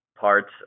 parts